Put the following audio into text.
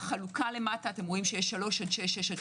החלוקה למטה בגילאי 3 עד